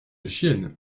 chienne